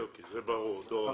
זה ברור, דורון.